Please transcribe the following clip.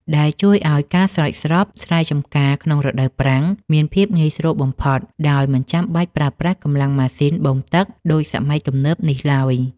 ដែលជួយឱ្យការស្រោចស្រពស្រែចម្ការក្នុងរដូវប្រាំងមានភាពងាយស្រួលបំផុត ដោយមិនចាំបាច់ប្រើប្រាស់កម្លាំងម៉ាស៊ីនបូមទឹកដូចសម័យទំនើបនេះឡើយ។